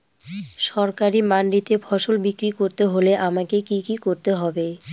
সরকারি মান্ডিতে ফসল বিক্রি করতে হলে আমাকে কি কি করতে হবে?